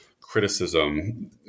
criticism